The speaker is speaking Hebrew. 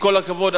עם כל הכבוד,